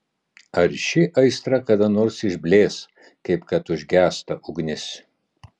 ar ši aistra kada nors išblės kaip kad užgęsta ugnis